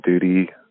duty